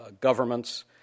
governments